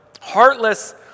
heartless